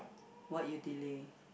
what you delay